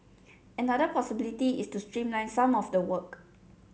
another possibility is to streamline some of the work